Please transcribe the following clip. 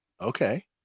Okay